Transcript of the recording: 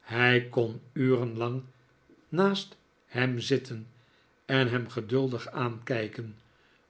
hij kon uren lang naast hem zitten en hem geduldig aankijken